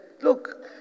Look